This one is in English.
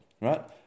right